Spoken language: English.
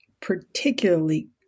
particularly